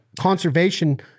conservation